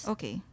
Okay